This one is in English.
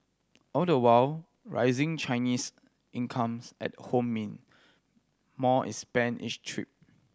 all the while rising Chinese incomes at home mean more is spent each trip